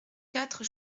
quatre